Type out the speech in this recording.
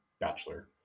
bachelor